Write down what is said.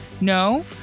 No